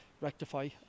rectify